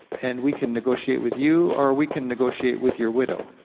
and we can negotiate with you, or we can negotiate with your widow.